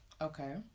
Okay